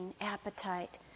appetite